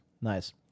Nice